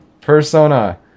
persona